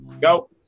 go